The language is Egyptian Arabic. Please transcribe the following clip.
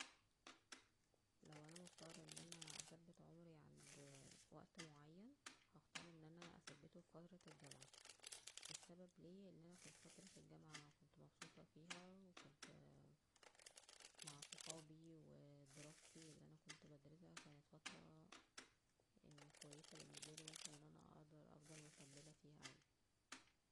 لو انا مضطرة ان انا اثبت عمرى عند وقت معين, هختار ان انا اثبته فى فترة الجامعة, السبب ليه لان انا كنت فترة الجامعة كنت مبسوطة فيها وكنت اه- مع كانوا صحابى ودراستى اللى انا كنت بدرسها كانت كويسة بالنسبالى اقدر ان انا افضل مكملة فيها عادى